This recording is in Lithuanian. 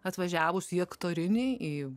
atvažiavusi į aktorinį į